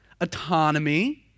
autonomy